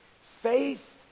Faith